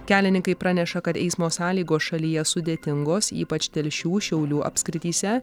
kelininkai praneša kad eismo sąlygos šalyje sudėtingos ypač telšių šiaulių apskrityse